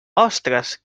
ostres